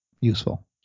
useful